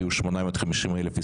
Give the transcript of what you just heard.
להתעסק גם בתפקידים של האופוזיציה?